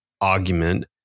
argument